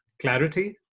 clarity